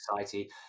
society